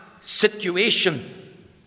situation